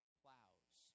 plows